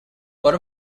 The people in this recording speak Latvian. par